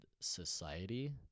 society